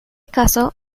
caso